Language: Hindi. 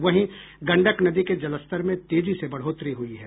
वहीं गंडक नदी के जलस्तर में तेजी से बढ़ोतरी हुई है